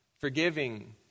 forgiving